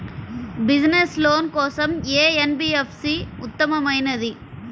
Business loan కోసం ఏ NBFC ఉత్తమమైనది?